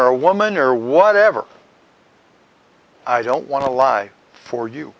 a woman or whatever i don't want to live for you